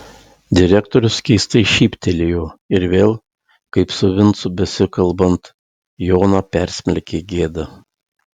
direktorius keistai šyptelėjo ir vėl kaip su vincu besikalbant joną persmelkė gėda